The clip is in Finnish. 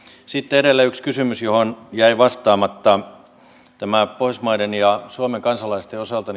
sitten edelleen yksi kysymys johon jäi vastaamatta se miksi tätä pitää vielä tarkastella pohjoismaiden ja suomen kansalaisten osalta